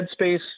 headspace